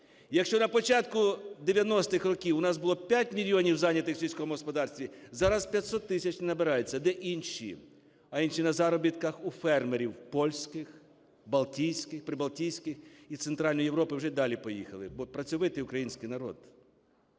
Якщо на початку 90-х років у нас було 5 мільйонів зайнятих в сільському господарстві, зараз 500 тисяч не набирається. Де інші? А інші на заробітках у фермерів: польських, балтійських, прибалтійських і Центральної Європи, вже далі поїхали, бо працьовитий український народ.